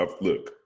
look